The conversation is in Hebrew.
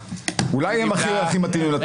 מי נמנע?